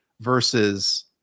versus